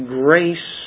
grace